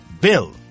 Bill